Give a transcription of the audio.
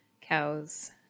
cows